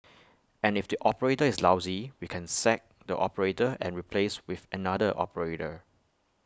and if the operator is lousy we can sack the operator and replace with another operator